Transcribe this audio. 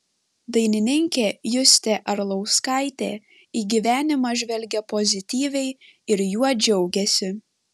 dainininkė justė arlauskaitė į gyvenimą žvelgia pozityviai ir juo džiaugiasi